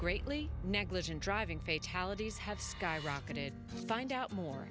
greatly negligent driving have skyrocketed find out more